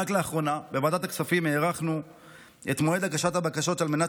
רק לאחרונה בוועדת הכספים הארכנו את מועד הגשת הבקשות על מנת